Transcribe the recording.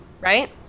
Right